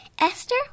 Esther